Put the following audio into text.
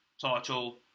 title